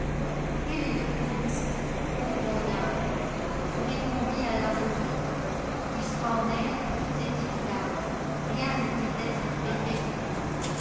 quel est le plus doux mon âme itu répondis à l'abhorré puisqu'en elle tout est dictame rien ne peut être préféré